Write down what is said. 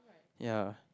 yeah